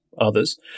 others